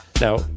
Now